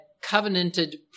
covenanted